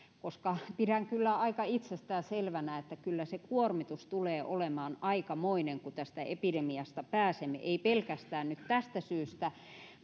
koska pidän kyllä aika itsestäänselvänä että kyllä se kuormitus tulee olemaan aikamoinen kun tästä epidemiasta pääsemme ei pelkästään nyt tästä syystä